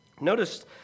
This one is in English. Notice